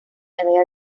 medalla